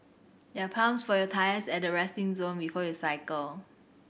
there are pumps for your tyres at the resting zone before you cycle